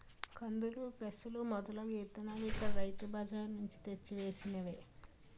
కందులు, పెసలు మొదలగు ఇత్తనాలు ఇక్కడ రైతు బజార్ నుంచి తెచ్చి వేసినవే